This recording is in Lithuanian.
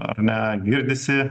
ar ne girdisi